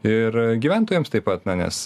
ir gyventojams taip pat na nes